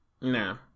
No